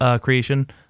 creation